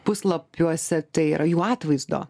puslapiuose tai yra jų atvaizdo